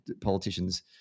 politicians